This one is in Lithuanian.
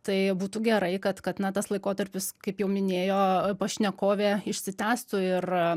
tai būtų gerai kad kad na tas laikotarpis kaip jau minėjo pašnekovė išsitęstų ir